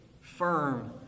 firm